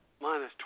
minus